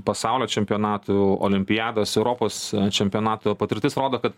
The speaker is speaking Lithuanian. pasaulio čempionatų olimpiados europos čempionato patirtis rodo kad